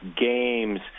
games